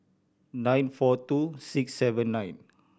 nine four two six seven nine